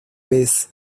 vez